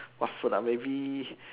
what food ah maybe